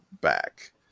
back